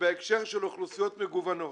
ובהקשר של אוכלוסיות מגוונות